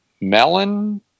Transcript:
melon